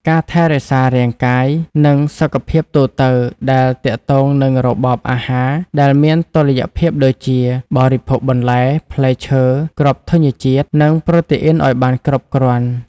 ការថែរក្សារាងកាយ និងសុខភាពទូទៅដែលទាក់ទងនឹងរបបអាហារដែលមានតុល្យភាពដូចជា បរិភោគបន្លែ ផ្លែឈើ គ្រាប់ធញ្ញជាតិ និងប្រូតេអុីនឱ្យបានគ្រប់គ្រាន់ ។